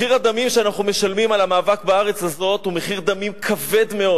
מחיר הדמים שאנחנו משלמים על המאבק בארץ הזאת הוא מחיר דמים כבד מאוד,